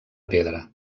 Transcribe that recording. pedra